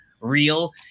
real